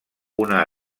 una